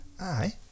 Aye